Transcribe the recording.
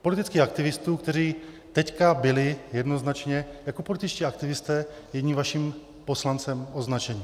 Politických aktivistů, kteří teď byli jednoznačně jako političtí aktivisté jedním vaším poslancem označeni.